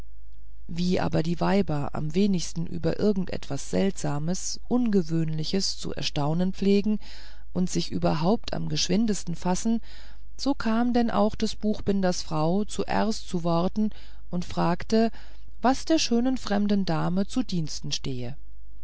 wie aber die weiber am wenigsten über irgend etwas seltsames ungewöhnliches zu erstaunen pflegen und sich überhaupt am geschwindesten fassen so kam denn auch des buchbinders frau zuerst zu worten und fragte was der schönen fremden dame zu diensten stehe